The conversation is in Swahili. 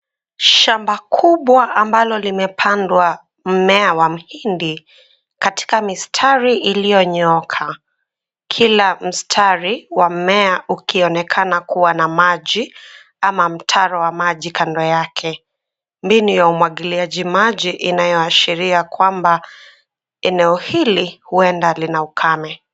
Shamba kubwa ambalo limepandwa mmea wa mhindi katika mistari iliyonyooka. Kila mstari wa mmea ukionekana kuwa na maji ama mtaro wa maji kando yake. Mbinu ya umwagiliaji maji inayoashiria kwamba eneo hili huenda lina ukame.